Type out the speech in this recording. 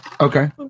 okay